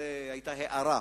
היתה הארה.